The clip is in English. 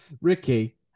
Ricky